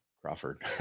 Crawford